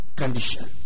condition